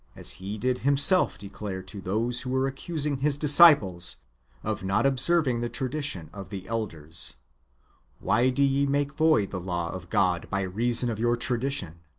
as he did himself declare to those who were accusing his disciples of not observing the tradition of the elders why do ye make void the law of god by reason of your tradition?